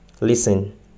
Listen